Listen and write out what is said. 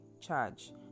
charge